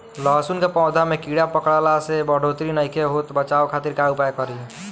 लहसुन के पौधा में कीड़ा पकड़ला से बढ़ोतरी नईखे होत बचाव खातिर का उपाय करी?